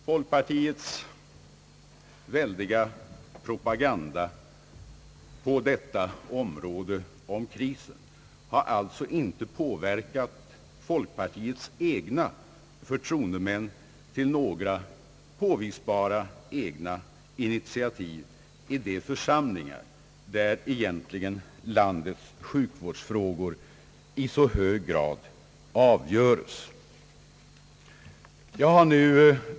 Folkpartiets propaganda om krisen har alltså inte påverkat folkpartiets egna förtroendemän så att de kommit med några påvisbara initiativ i de församlingar, där landets sjukvårdsfrågor i så hög grad avgörs.